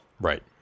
Right